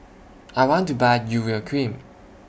I want to Buy Urea Cream